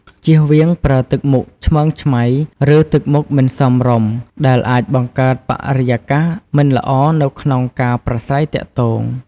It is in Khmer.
ចៀសវាងប្រើទឹកមុខឆ្មើងឆ្មៃ ឬ ទឹកមុខមិនសមរម្យដែលអាចបង្កើតបរិយាកាសមិនល្អនៅក្នុងការប្រាស្រ័យទាក់ទង។